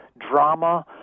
drama